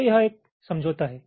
तो यह एक समझौता है